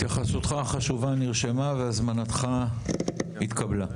התייחסותך החשובה נרשמה והזמנתך התקבלה.